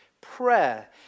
prayer